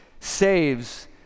saves